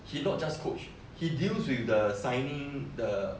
he not just coach he deals with the signing the